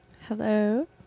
hello